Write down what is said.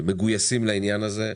מגויסים לעניין הזה.